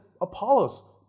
Apollos